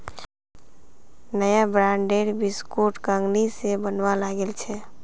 नया ब्रांडेर बिस्कुट कंगनी स बनवा लागिल छ